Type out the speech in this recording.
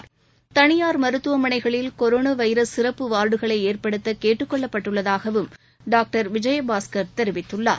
corona virus தனியார் மருத்துவமனைகளில் சிறப்பு வார்டுகளை ஏற்படுத்த கேட்டுக்கொள்ளப்பட்டுள்ளதாகவும் டாக்டர் விஜயபாஸ்கர் தெரிவித்துள்ளார்